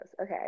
okay